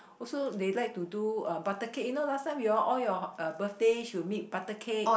also they like to do uh butter cake you know last time you all all your uh birthday she will make butter cake